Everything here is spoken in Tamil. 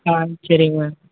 ஆ சரிங்க மேம்